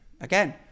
Again